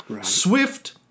swift